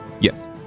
Yes